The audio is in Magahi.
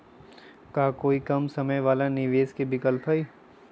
का कोई कम समय वाला निवेस के विकल्प हई?